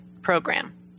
program